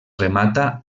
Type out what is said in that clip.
remata